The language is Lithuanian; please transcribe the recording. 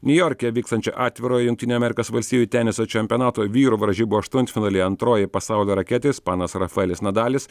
niujorke vykstančio atvirojo jungtinių amerikos valstijų teniso čempionato vyrų varžybų aštuntfinalyje antroji pasaulio raketė ispanas rafaelis nadalis